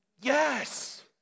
Yes